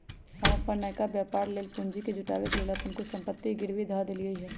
हम अप्पन नयका व्यापर लेल पूंजी जुटाबे के लेल अप्पन कुछ संपत्ति के गिरवी ध देलियइ ह